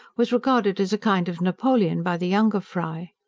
was regarded as a kind of napoleon by the younger fry.